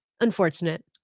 Unfortunate